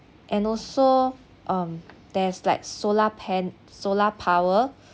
and also um there's like solar pan~ solar power